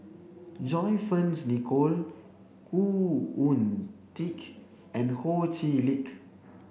John Fearns Nicoll Khoo Oon Teik and Ho Chee Lick